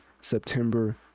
September